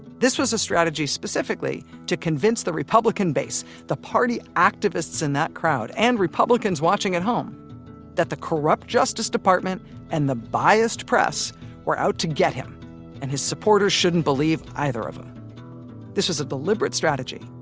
this was a strategy, specifically, to convince the republican base the party activists in that crowd and republicans watching at home that the corrupt justice department and the biased press were out to get him and his supporters shouldn't believe either of them this was a deliberate strategy.